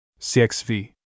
CXV